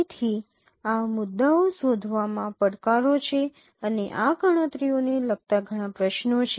તેથી આ મુદ્દાઓ શોધવામાં આ પડકારો છે અને આ ગણતરીઓને લગતા ઘણા પ્રશ્નો છે